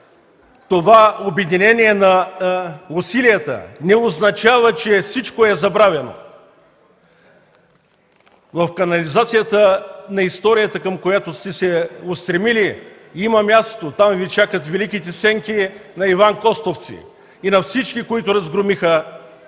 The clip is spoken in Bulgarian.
това обединение на усилията не означава, че всичко е забравено. В канализацията на историята, към която сте се устремили, има място. Там Ви чакат великите сенки на Иван Костовци и на всички, които разгромиха